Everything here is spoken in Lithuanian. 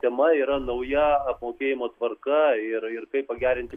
tema yra nauja apmokėjimo tvarka ir ir kaip pagerinti